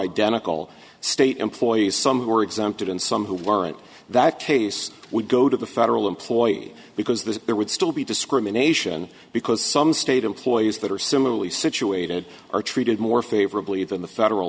identical state employees some who were exempted and some who weren't that case would go to the federal employee because that there would still be discrimination because some state employees that are similarly situated are treated more favorably than the federal